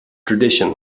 tradition